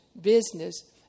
business